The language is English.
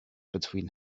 between